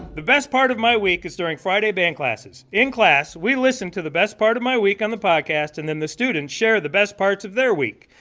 the best part of my week is during friday band classes. in class, we listen to the best part of my week on the podcast, and then the students share the best parts of their week.